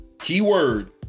keyword